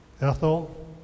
Ethel